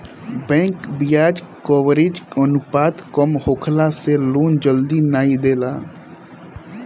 bank बियाज coverage अनुपात कम होखला से लोन जल्दी नाइ देला